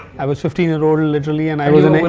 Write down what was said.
i was fifteen year old literally and i was and